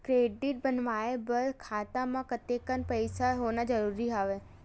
Credit बनवाय बर खाता म कतेकन पईसा होना जरूरी हवय?